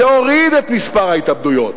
זה הוריד את מספר ההתאבדויות,